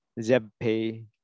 ZebPay